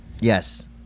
Yes